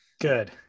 Good